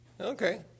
Okay